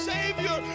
Savior